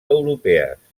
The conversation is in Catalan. europees